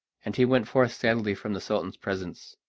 and he went forth sadly from the sultan's presence.